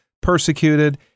persecuted